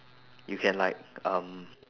you can like um